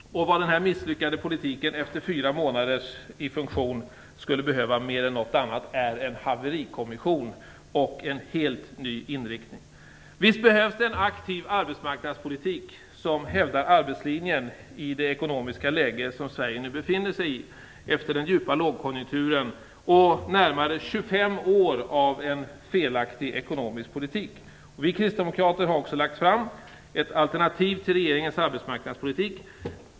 Vad denna misslyckade politik efter fyra månader i funktion skulle behöva mer än något annat är en haverikommission och en helt ny inriktning. Visst behövs en aktiv arbetsmarknadspolitik som hävdar arbetslinjen i det ekonomiska läge som Sverige nu befinner sig i efter den djupa lågkonjunkturen och närmare 25 år av en felaktig ekonomisk politik. Vi kristdemokrater har också lagt fram ett alternativ till regeringens arbetsmarknadspolitik.